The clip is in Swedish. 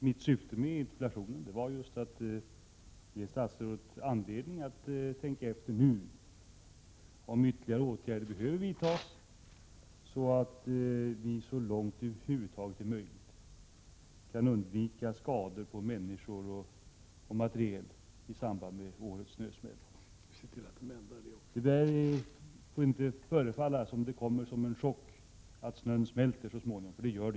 Mitt syfte med interpellationen var just att ge statsrådet anledning att tänka efter nu om ytterligare åtgärder behöver vidtas, så att vi, så långt det över huvud taget är möjligt, kan undvika skador på människor och materiel i samband med årets snösmältning. Det får inte förefalla som om det kommer som en chock att snön smälter så småningom.